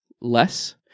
less